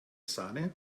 sahne